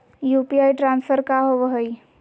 UPI transfer का होव हई?